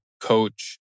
coach